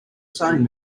sewing